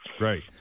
Right